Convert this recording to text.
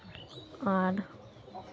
ᱟᱨ